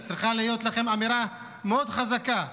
וצריכה להיות לכם אמירה מאוד חזקה.